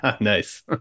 Nice